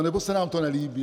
Nebo se nám to nelíbí?